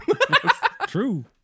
True